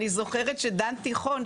אני זוכרת שדן תיכון,